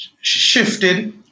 shifted